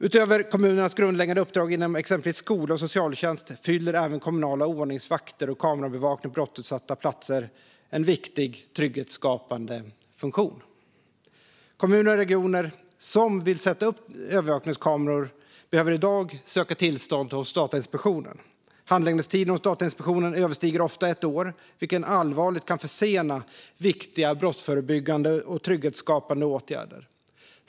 Utöver kommunernas grundläggande uppdrag inom exempelvis skola och socialtjänst fyller även kommunala ordningsvakter och kamerabevakning på brottsutsatta platser en viktig trygghetsskapande funktion. Kommuner och regioner som vill sätta upp övervakningskameror behöver i dag söka tillstånd hos Datainspektionen. Handläggningstiden hos Datainspektionen överstiger ofta ett år, vilket allvarligt kan försena viktiga brottsförebyggande och trygghetsskapande åtgärder.